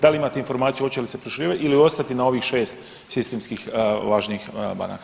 Da li imate informaciju hoće li se proširivati ili ostati na ovih 6 sistemskih važnih banaka.